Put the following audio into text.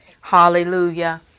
Hallelujah